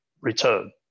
return